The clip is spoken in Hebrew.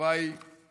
התשובה היא כן.